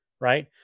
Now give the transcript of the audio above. right